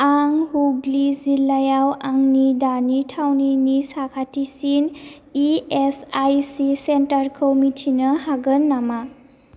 आं हुगलि जिल्लायाव आंनि दानि थावनिनि साखाथिसिन इएसआइसि सेन्टारखौ मिथिनो हागोन नामा